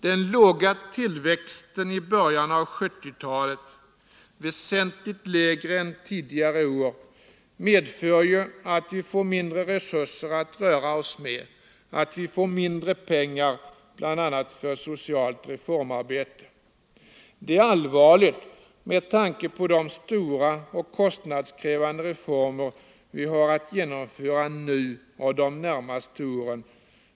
Den låga tillväxten i början av 1970-talet — väsentligt lägre än tidigare år — medför att vi får mindre resurser att röra oss med, att vi får mindre pengar bl.a. för socialt reformarbete. Detta är allvarligt med tanke på de stora och kostnadskrävande reformer som vi har att genomföra nu och under de närmaste åren.